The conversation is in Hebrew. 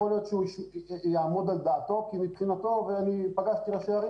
יכול להיות שהוא יעמוד על דעתו כי מבחינתו ואני פגשתי ראשי ערים